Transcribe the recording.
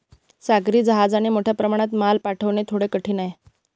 सागरी जहाजाने मोठ्या प्रमाणात माल पाठवणे थोडे कठीण आहे